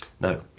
No